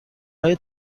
های